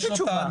יש לי תשובה.